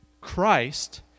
Christ